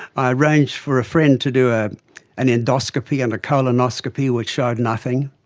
i arranged for a friend to do ah an endoscopy and a colonoscopy, which showed nothing.